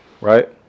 right